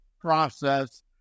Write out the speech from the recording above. process